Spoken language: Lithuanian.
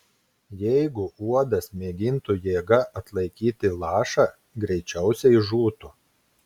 jeigu uodas mėgintų jėga atlaikyti lašą greičiausiai žūtų